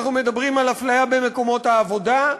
אנחנו מדברים על אפליה במקומות העבודה,